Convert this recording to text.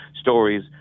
stories